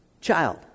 child